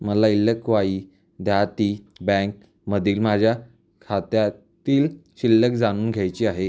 मला एल्लाक्वाई देहाती बँकमधील माझ्या खात्यातील शिल्लक जाणून घ्यायची आहे